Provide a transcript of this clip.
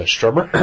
Strummer